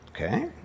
okay